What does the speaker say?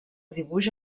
dibuix